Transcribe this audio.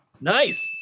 Nice